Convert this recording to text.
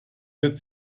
wird